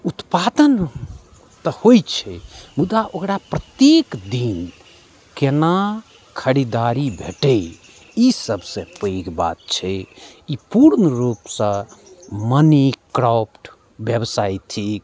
उत्पादन तऽ होइत छै मुदा ओकरा प्रत्येक दिन केना खरीदारी भेटै ई सभसँ पैघ बात छै ई पूर्ण रूपसँ मनी क्रॉप्ड व्यवसाय थिक